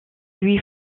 lui